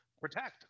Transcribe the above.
protect